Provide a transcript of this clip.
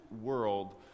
world